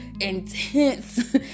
intense